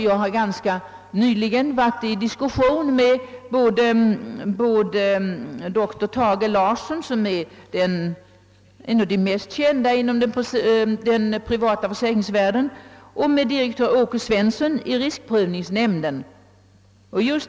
Jag har nyligen diskuterat denna fråga med både doktor Tage Larsson, som är en av de mest kända inom den privata försäkringsvärlden, och direktör Åke Svensson i Riskprövningsnämnden.